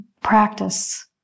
practice